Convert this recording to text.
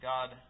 God